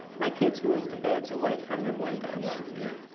my kids moved the beds away from the windows. yeah. yeah.